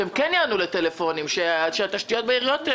כדי שהם כן יענו לטלפונים וכדי שהתשתיות בעיר לא יקרסו?